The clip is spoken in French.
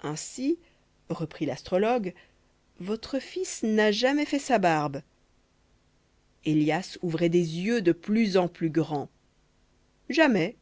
ainsi reprit l'astrologue votre fils n'a jamais fait sa barbe élias ouvrait des yeux de plus en plus grands jamais